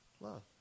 Love